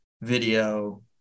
video